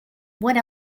what